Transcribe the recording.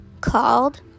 called